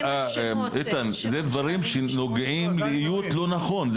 אלה דברים שנוגעים לאיות לא נכון,